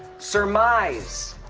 surmise.